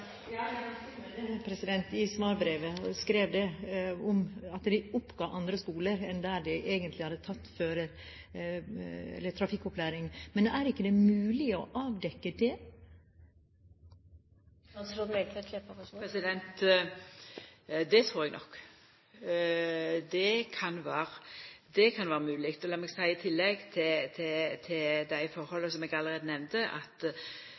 jeg merket meg at det er skrevet i svarbrevet at de oppga andre skoler enn der de egentlig hadde tatt trafikkopplæring. Men er det ikke mulig å avdekke det? Det trur eg nok. Det kan vera mogleg. Lat meg seia i tillegg til dei forholda som eg allereie nemnde, at